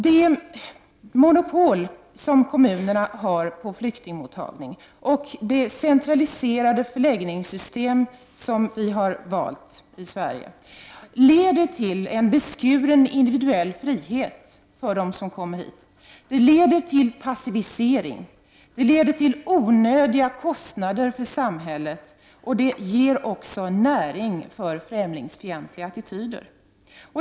Det monopol som kommunerna har på flyktingmottagningen och det centraliserade förläggningssystem som vi i Sverige har valt leder till en beskuren individuell frihet för dem som kommer hit. Men det leder också till passivisering och till onödiga kostnader för samhället och ger näring åt främlingsfientliga attityder.